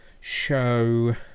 show